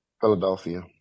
Philadelphia